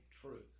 truth